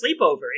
sleepover